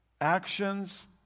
actions